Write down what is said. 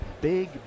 big